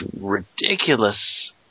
ridiculous